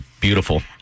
Beautiful